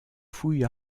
fouille